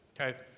Okay